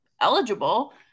eligible